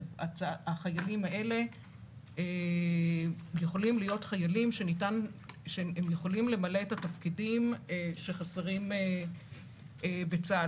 החיילים האלה יכולים להיות חיילים שיכולים למלא את התפקידים שחסרים בצה"ל.